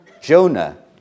Jonah